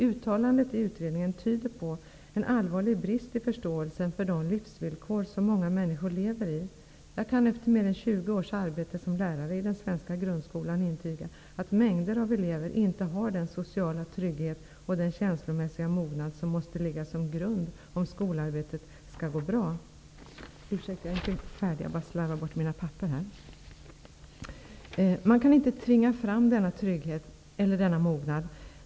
Uttalandet i utredningen tyder på en allvarlig brist i förståelsen för de livsvillkor som många människor lever i. Jag kan efter mer än 20 års arbete som lärare i den svenska grundskolan intyga att mängder av elever inte har den sociala trygghet och den känslomässiga mognad som måste ligga som grund om skolarbetet skall gå bra. Man kan inte tvinga fram denna trygghet eller denna mognad.